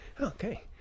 okay